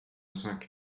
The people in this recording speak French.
cinq